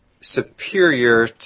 superior